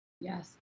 yes